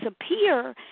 disappear